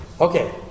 Okay